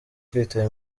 kwitaba